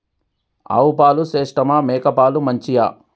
ఆవు పాలు శ్రేష్టమా మేక పాలు మంచియా?